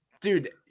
dude